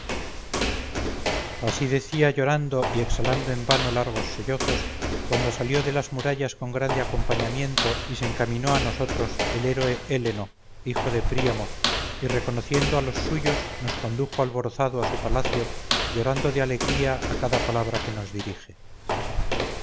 así decía llorando y exhalando en vano largos sollozos cuando salió de las murallas con grande acompañamiento y se encaminó a nosotros el héroe héleno hijo de príamo y reconociendo a los suyos nos condujo alborozado a su palacio llorando de alegría a cada palabra que nos dirige